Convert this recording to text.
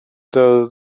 though